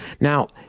Now